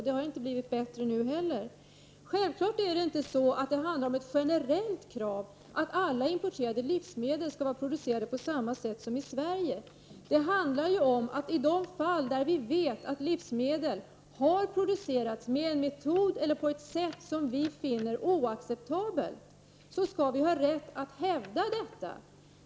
Det har inte blivit bättre nu heller. Självfallet handlar det inte om ett generellt krav att alla importerade livsmedel skall vara producerade på samma sätt som i Sverige. Det handlar om att i de fall där vi vet att livsmedel har producerats med en metod eller på ett sätt som vi finner oacceptabelt, skall vi ha rätt att hävda detta.